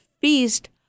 feast